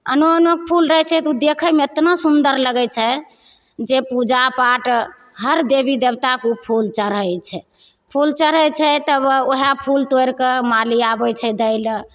आनो आनो फूल रहैत छै ओ देखैमे एतना सुन्दर लगैत छै जे पूजापाठ हर देबी देबताक ओ फूल चढ़ैत छै फूल चढ़ैत छै तब ओहए फूल तोड़ि कऽ माली आबैत छै दै लए